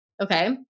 Okay